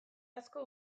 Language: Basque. asko